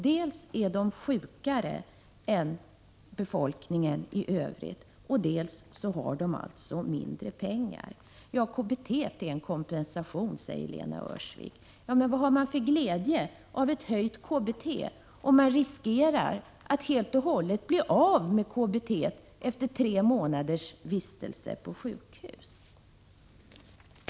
Dels är de mer sjuka än befolkningen i övrigt, dels har de mindre pengar. Det kommunala bostadstillägget är en kompensation, säger Lena Öhrsvik. Men vad har man för glädje av ett höjt KBT om man riskerar att helt och hållet bli av med det efter tre månaders vistelse på sjukhus?